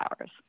hours